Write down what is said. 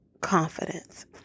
confidence